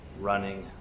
running